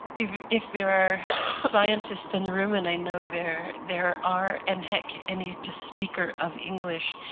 if if there are scientists in the room and i know there there are and heck, any just speaker of english,